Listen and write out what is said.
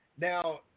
Now